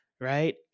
Right